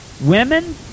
women